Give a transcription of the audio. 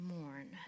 mourn